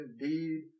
indeed